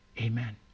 Amen